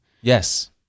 yes